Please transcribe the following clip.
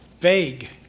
vague